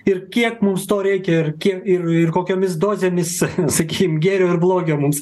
ir kiek mums to reikia ir kiek ir kokiomis dozėmis sakykim gėrio ir blogio mums